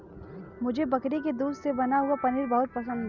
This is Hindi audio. मुझे बकरी के दूध से बना हुआ पनीर बहुत पसंद है